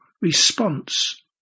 response